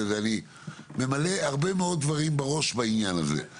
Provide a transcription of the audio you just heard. אני ממלא הרבה מאוד דברים בראש בעניין הזה.